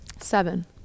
seven